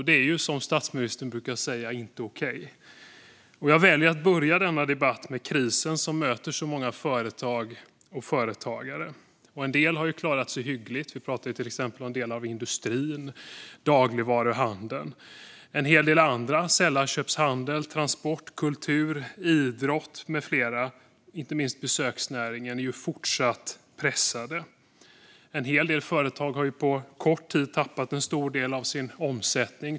Det är som statsministern brukar säga inte okej. Jag väljer att börja denna debatt med krisen som möter så många företag och företagare. En del har klarat sig hyggligt, till exempel delar av industrin och dagligvaruhandeln. En hel del andra, sällanköpshandel, transport, kultur, idrott och inte minst besöksnäringen, fortsätter att vara pressade. En hel del företag har på kort tid tappat en del av sin omsättning.